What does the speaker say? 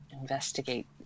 investigate